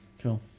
Cool